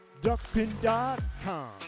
Duckpin.com